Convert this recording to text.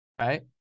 right